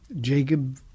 Jacob